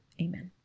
amen